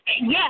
Yes